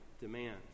demand